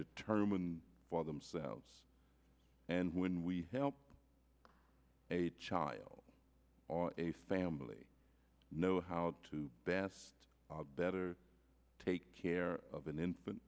determine for themselves and when we help a child or a family know how to best better take care of an infant